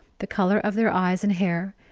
the color of their eyes and hair,